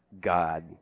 God